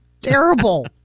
Terrible